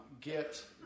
get